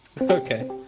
Okay